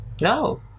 no